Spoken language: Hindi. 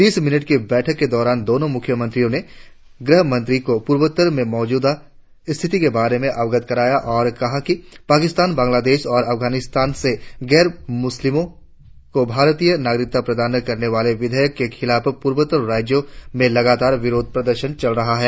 तीस मिनट की बैठक के दौरान दोनो मुख्यमंत्रियों ने गृह मंत्री को पूर्वोत्तर में मौजूदा स्थिति के बारे में अवगत कराया और कहा कि पाकिस्तान बंग्लादेश और अफगानिस्तान से गैर मुस्लिमों को भारतीय नागरिकता प्रदान करने वाले विधेयक के खिलाफ पूर्वोत्तर राज्यों में लगातार विरोध प्रदर्शन चल रहा है